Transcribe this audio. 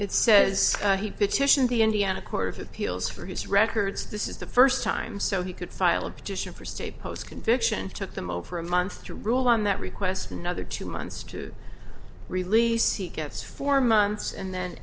it says he pitches in the indiana court of appeals for his records this is the first time so he could file a petition for state post conviction took them over a month to rule on that request another two months to release he gets four months and then